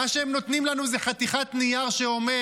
ומה שהם נותנים לנו זה חתיכת נייר שאומר: